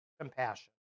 compassion